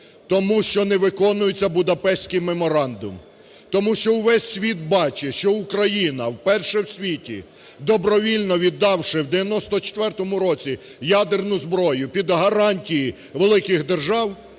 Тому що не виконується Будапештський меморандум. Тому що увесь світ бачить, що Україна, вперше в світі добровільно віддавши в 1994 році ядерну зброю під гарантії великих держав,